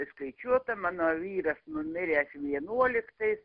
įskaičiuota mano vyras numiręs vienuoliktais